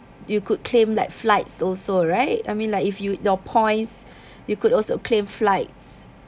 you could claim like flights also right I mean like if you your points you could also claim flights